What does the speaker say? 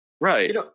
Right